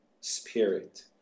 spirit